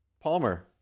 Palmer